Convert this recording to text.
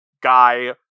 guy